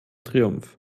triumph